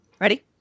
ready